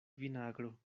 vinagro